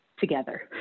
together